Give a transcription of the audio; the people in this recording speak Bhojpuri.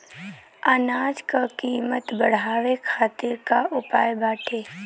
अनाज क कीमत बढ़ावे खातिर का उपाय बाटे?